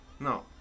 No